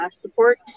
support